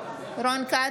רון כץ,